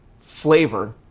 flavor